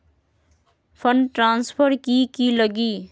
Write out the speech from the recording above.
Fund transfer कि की लगी?